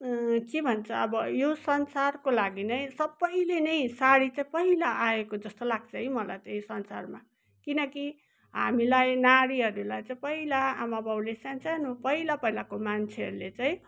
के भन्छ अब यो संसारको लागि नै सबैले नै साडी चाहिँ पहिला आएको जस्तो लाग्छ है मलाई चाहिँ यो संसारमा किनकि हामीलाई नारीहरूलाई चाहिँ पहिला आमा बाउले सान्सानो पहिला पहिलाको मान्छेहरूले चाहिँ